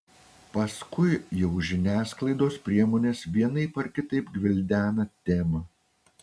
paskui jau žiniasklaidos priemonės vienaip ar kitaip gvildena temą